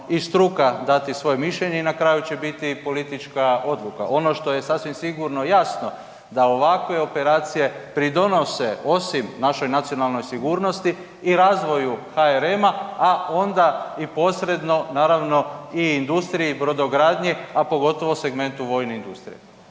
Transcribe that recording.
i struka dati svoje mišljenje i na kraju će biti i politička odluka. Ono što je sasvim sigurno jasno da ovakve operacije pridonose osim našoj nacionalnoj sigurnosti i razvoju HRM-a, a onda i posredno naravno i industriji, brodogradnji, a pogotovo segmentu vojne industrije.